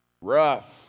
Rough